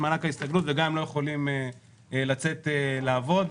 מענק ההסתגלות וגם הם לא יכולים לצאת לעבוד.